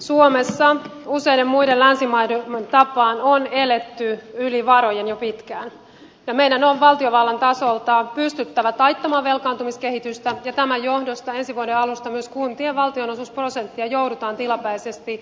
suomessa useiden muiden länsimaiden tapaan on eletty yli varojen jo pitkään ja meidän on valtiovallan tasolta pystyttävä taittamaan velkaantumiskehitystä ja tämän johdosta ensi vuoden alusta myös kuntien valtionosuusprosenttia joudutaan tilapäisesti alentamaan